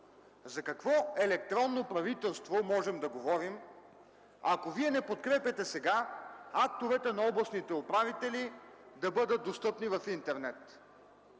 за какво електронно правителство можем да говорим, ако Вие не подкрепяте сега актовете на областните управители да бъдат достъпни в интернет?